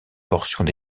portions